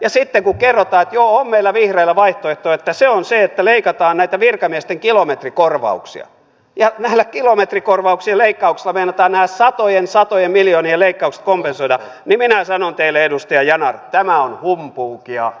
ja sitten kun kerrotaan että joo on meillä vihreillä vaihtoehto niin se on se että leikataan näitä virkamiesten kilometrikorvauksia ja näillä kilometrikorvauksien leikkauksilla meinataan nämä satojen satojen miljoonien leikkaukset kompensoida niin että minä sanon teille edustaja yanar että tämä on humpuukia